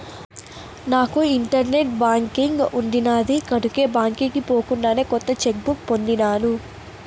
నాకు internet banking ఉండిన్నాది కనుకే బాంకీకి పోకుండానే కొత్త చెక్ బుక్ పొందినాను